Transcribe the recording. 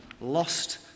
Lost